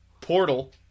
Portal